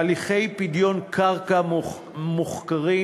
הליכי פדיון קרקע מוחכרים,